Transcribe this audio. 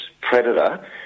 predator